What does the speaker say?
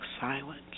silence